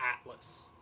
Atlas